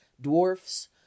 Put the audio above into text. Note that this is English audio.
dwarfs